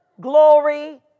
glory